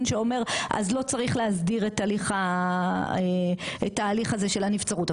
שאומר אז לא צריך להסדיר את הליך את ההליך הזה של הנבצרות,